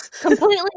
Completely